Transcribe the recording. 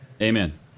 amen